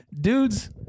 dudes